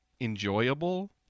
enjoyable